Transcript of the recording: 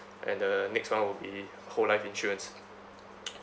and the next [one] would be whole life insurance